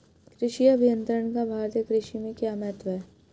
कृषि अभियंत्रण का भारतीय कृषि में क्या महत्व है?